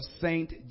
Saint